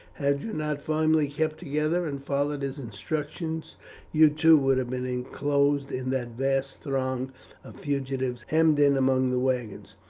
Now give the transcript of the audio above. had you not firmly kept together and followed his instructions you too would have been inclosed in that vast throng of fugitives hemmed in among the wagons,